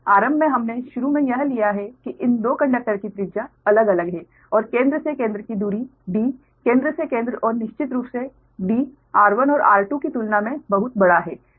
आरम्भ में हमने शुरू में यह लिया है कि इन 2 कंडक्टरों की त्रिज्या अलग अलग हैं और केंद्र से केंद्र की दूरी D केंद्र से केंद्र और निश्चित रूप से D r1 और r2 की तुलना में बहुत बड़ा है